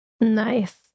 Nice